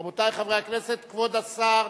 רבותי חברי הכנסת, כבוד שר